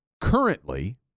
currently